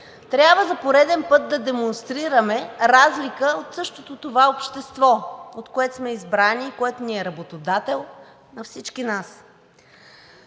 трябва за пореден път да демонстрираме разлика от същото това общество, от което сме избрани и което ни е работодател на всички нас.